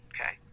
Okay